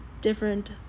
different